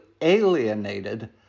alienated